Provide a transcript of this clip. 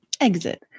Exit